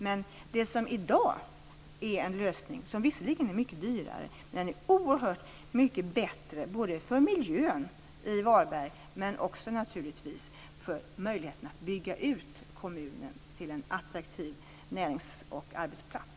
Men det som i dag är en lösning är visserligen mycket dyrare, men det är oerhört mycket bättre både för miljön i Varberg och, naturligtvis, för möjligheterna att bygga ut kommunen till en attraktiv närings och arbetsplats.